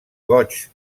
goigs